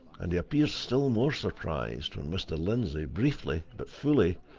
and he appeared still more surprised when mr. lindsey, briefly, but fully,